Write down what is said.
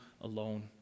alone